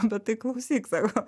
bet tai klausyk sako